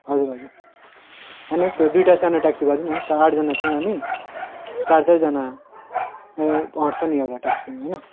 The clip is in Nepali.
हजुर हजुर होइन त्यो दुइटा सानो ट्याक्सी गर्दिनु नि आठजना छौँ हामी चारचारजाना ए अँट्छ नि एउटा ट्याक्सीमा हैन